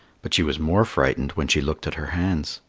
but she was more frightened when she looked at her hands.